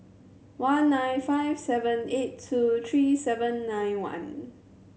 one nine five seven eight two three seven nine one